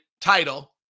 title